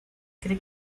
cree